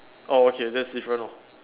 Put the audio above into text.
orh okay that's different lah